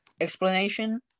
explanation